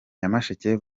nyamasheke